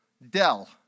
Dell